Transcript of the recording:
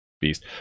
beast